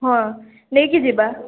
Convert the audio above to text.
ହଁ ନେଇକି ଯିବା